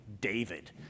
David